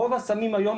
רוב הסמים היום,